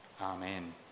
Amen